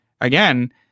again